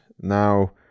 now